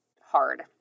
hard